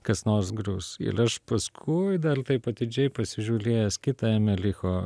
kas nors grius il aš paskui dal taip atidžiai pasižiūlėjęs kitą emelicho